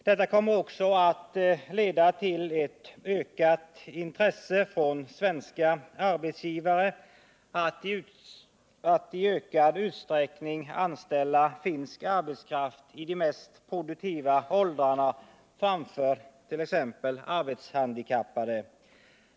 Det kommer också att leda till ett ökat intresse från svenska arbetsgivare att i ökad utsträckning anställa finsk arbetskraft i de mest produktiva åldrarna framför t.ex. arbetshandikappade.